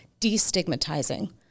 destigmatizing